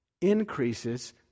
increases